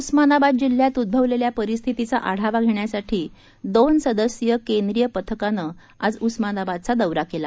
उस्मानाबाद जिल्ह्यात उद्ववलेल्या परिस्थितीचा आढावा घेण्यासाठी दोन सदस्यीय केंद्रीय पथकाने आज उस्मानाबादचा दौरा केला